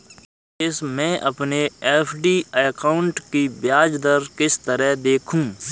रमेश मैं अपने FD account की ब्याज दर किस तरह देखूं?